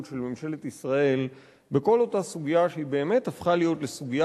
של ממשלת ישראל בכל אותה סוגיה שבאמת הפכה להיות לסוגיה